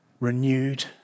renewed